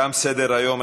תם סדר-היום,